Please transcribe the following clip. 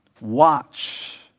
Watch